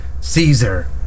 Caesar